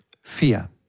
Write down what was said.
Fear